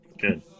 Good